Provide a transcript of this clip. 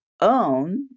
own